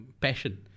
passion